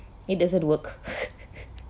it doesn't work